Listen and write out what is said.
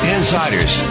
Insiders